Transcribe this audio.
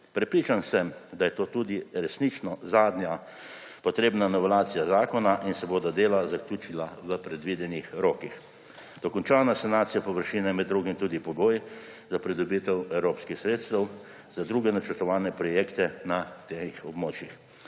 Prepričan sem, da je to tudi resnično zadnja potrebna novelacija zakona in se bodo dela zaključila v predvidenih rokih. Dokončana sanacija površine je med drugim tudi pogoj za pridobitev evropskih sredstev za druge načrtovane projekte na teh območjih.